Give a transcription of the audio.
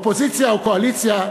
אופוזיציה וקואליציה,